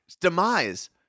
Demise